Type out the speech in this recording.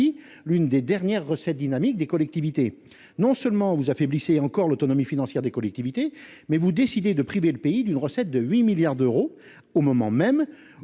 l'une des dernières recettes dynamiques des collectivités. Non seulement vous affaibliriez encore l'autonomie financière de ces dernières, mais vous décideriez de priver le pays d'une recette de 8 milliards d'euros, au moment même où